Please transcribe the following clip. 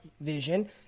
vision